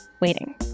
waiting